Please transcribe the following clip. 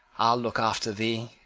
i'll look after thee.